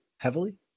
Heavily